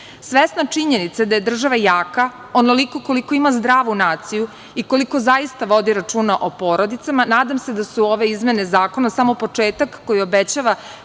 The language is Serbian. činjenice da je država jaka onoliko koliko ima zdravu naciju i koliko zaista vodi računa o porodicama. Nadam se da su ove izmene zakona samo početak koji obećava